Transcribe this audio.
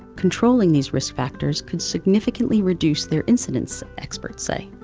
controlling these risk factors could significantly reduce their incidence, experts say.